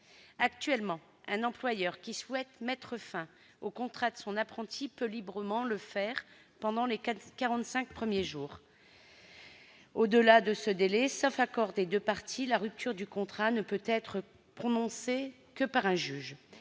Actuellement, un employeur qui souhaite mettre fin au contrat de son apprenti peut librement le faire pendant les quarante-cinq premiers jours. Au-delà de ce délai, sauf accord des deux parties, la rupture du contrat ne peut être prononcée que par un juge.